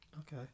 Okay